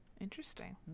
interesting